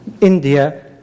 India